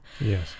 yes